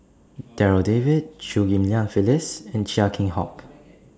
Darryl David Chew Ghim Lian Phyllis and Chia Keng Hock